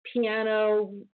piano